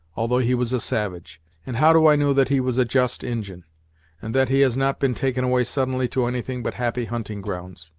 although he was a savage and how do i know that he was a just injin and that he has not been taken away suddenly to anything but happy hunting-grounds.